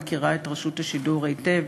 אני מכירה את רשות השידור היטב.